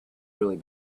really